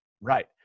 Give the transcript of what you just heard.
right